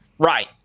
Right